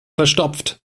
verstopft